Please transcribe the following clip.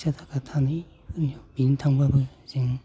फैसा थाखा थानायफोरनियाव बिनो थांबाबो जों